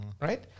right